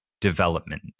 development